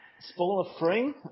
Spoiler-free